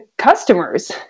customers